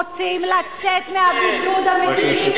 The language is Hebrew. אם רוצים לצאת מהבידוד המדיני, תשכחי מזה.